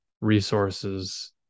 resources